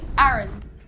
Aaron